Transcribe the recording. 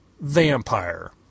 vampire